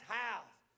house